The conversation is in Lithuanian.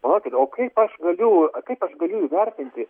palaukit o kaip aš galiu kaip aš galiu įvertinti